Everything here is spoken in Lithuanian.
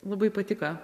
labai patiko